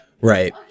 Right